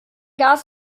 gas